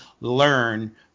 learn